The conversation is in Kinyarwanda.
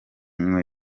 mazi